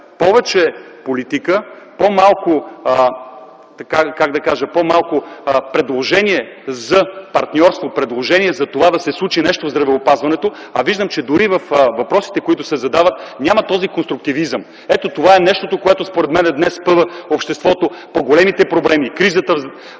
повече политика, по-малко, как да кажа, по-малко предложения за партньорство, предложения за това да се случи нещо в здравеопазването, а виждам, че дори във въпросите, които се задават, няма този конструктивизъм. Ето, това е нещото, което според мен днес спъва обществото по големите проблеми – кризата,